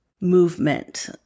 movement